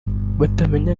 batamenye